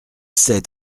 sept